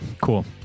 cool